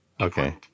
Okay